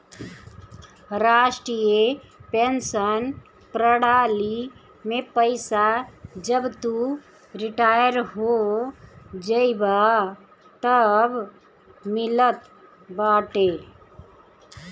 राष्ट्रीय पेंशन प्रणाली में पईसा जब तू रिटायर हो जइबअ तअ मिलत बाटे